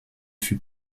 fut